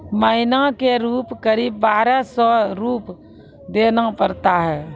महीना के रूप क़रीब बारह सौ रु देना पड़ता है?